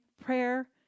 prayer